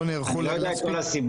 לא נערכו --- אני לא יודע את כל הסיבות.